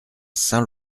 saint